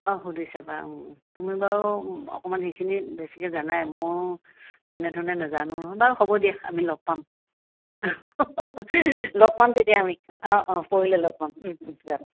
অঁ সুধি চাবা তুমি বাৰু অকণমান সেইখিনিত বেছিকৈ জানাই মই তেনেধৰণে নাজানো নহয় বাৰু হ'ব দিয়া আমি লগ পাম লগ পাম তেতিয়া আমি অঁ অঁ পৰহিলৈ লগ পাম যাম